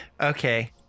Okay